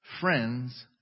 friends